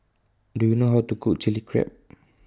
Do YOU know How to Cook Chili Crab